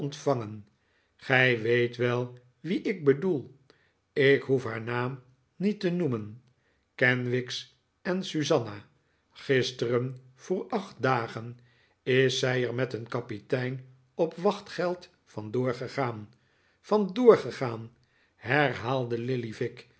ontvangen gij weet wel wie ik bedoel ik hoef haar naam niet te noemen kenwigs en susanna gisteren voor acht dagen is zij er met een kapitein op wachtgeld vandoor gegaan vandoor gegaan herhaalde lillyvick